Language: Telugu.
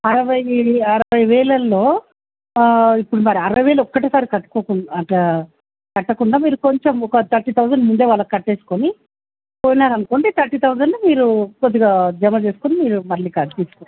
అరవై అరవై వేలలో ఇప్పుడు మరి అరవై వేలు ఒకసారి కట్టుకోకుండా అట్లా కట్టకుండా మీరు కొంచం థర్టీ థౌసండ్ ముందే వాళ్ళకి కట్టుకొని పోయినారు అనుకోండి థర్టీ థౌసండ్ మీరు కొద్దిగా జమా చేసుకొని మీరు మళ్ళీ క తీసుకోవచ్చు